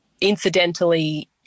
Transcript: incidentally